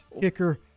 kicker